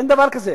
אין דבר כזה.